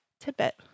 tidbit